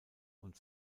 und